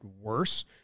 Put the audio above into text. worse